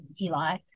Eli